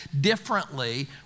differently